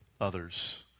others